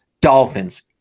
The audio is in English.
Dolphins